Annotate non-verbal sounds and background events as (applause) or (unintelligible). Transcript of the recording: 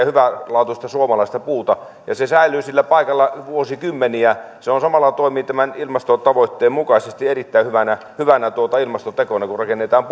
(unintelligible) hyvälaatuista suomalaista puuta ja se säilyy sillä paikalla vuosikymmeniä se samalla toimii tämän ilmastotavoitteen mukaisesti erittäin hyvänä hyvänä ilmastotekona kun rakennetaan (unintelligible)